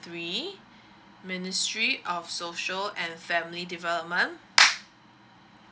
three ministry of social and family development